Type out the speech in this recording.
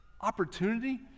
opportunity